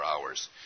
hours